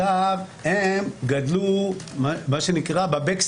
הם גדלו, מה שנקרא ב-stage back,